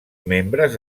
membres